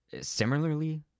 similarly